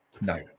No